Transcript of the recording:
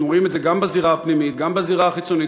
אנחנו רואים את זה גם בזירה הפנימית וגם בזירה החיצונית,